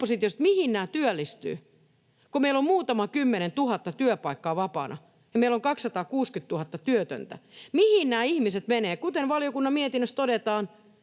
mihin nämä työllistyvät, kun meillä on muutama kymmenentuhatta työpaikkaa vapaana ja meillä on 260 000 työtöntä. Mihin nämä ihmiset menevät? Kuten valiokunnan mietinnössä todetaan,